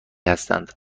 هستند